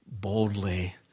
boldly